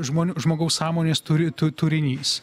žmonių žmogaus sąmonės turi turinys